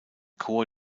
chor